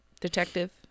detective